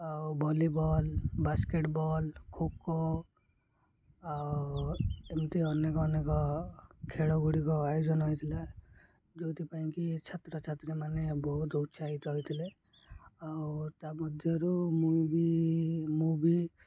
ଆଉ volleyball basketball kho kho ଆଉ ଏମିତି ଅନେକ ଅନେକ ଖେଳଗୁଡ଼ିକ ଆୟୋଜନ ହେଇଥିଲା ଯେଉଁଥି ପାଇଁ କି ଛାତ୍ରଛାତ୍ରୀମାନେ ବହୁତ ଉତ୍ସାହିତ ହେଇଥିଲେ ଆଉ ତା ମଧ୍ୟରୁ ମୁଇଁ ବି ମୁଁ ବି